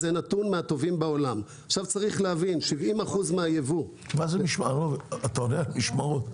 זה נתון אתה עונה על משמרות.